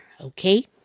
Okay